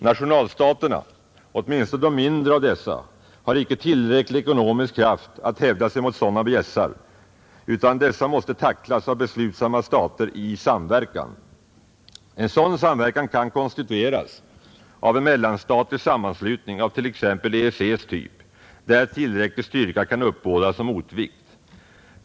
Nationalstaterna, åtminstone de mindre av dessa, har icke tillräcklig ekonomisk kraft att hävda sig mot sådana bjässar, utan dessa måste tacklas av beslutsamma stater i samverkan, En sådan samverkan kan konstitueras av en mellanstatlig sammanslutning av t.ex. EEC:s typ, där tillräcklig styrka kan uppbådas som motvikt.